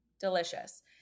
Delicious